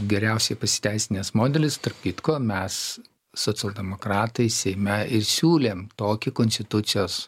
geriausiai pasiteisinęs modelis tarp kitko mes socialdemokratai seime ir siūlėm tokį konstitucijos